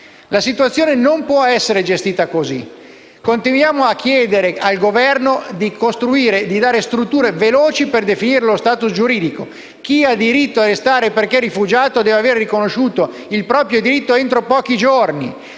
La situazione non può essere gestita così. Continuiamo a chiedere al Governo di costruire strutture veloci per definire lo *status* giuridico: chi ha diritto a restare, perché rifugiato, deve veder riconosciuto il proprio diritto entro pochi giorni.